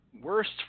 Worst